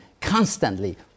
constantly